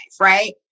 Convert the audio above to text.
right